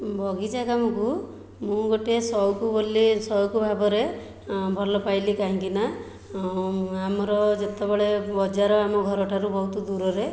ବଗିଚା କାମକୁ ମୁଁ ଗୋଟିଏ ସଉକ ବୋଲି ସଉକ ଭାବରେ ଭଲ ପାଇଲି କାହିଁକିନା ଆମର ଯେତେବେଳେ ବଜାର ଆମ ଘର ଠାରୁ ବହୁତ ଦୂରରେ